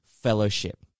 Fellowship